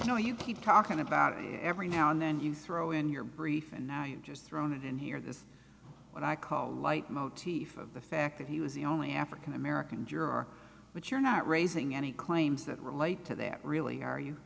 you know you keep talking about it every now and then you throw in your brief and i just thrown it in here this is what i call light motif of the fact that he was the only african american juror but you're not raising any claims that relate to that really are you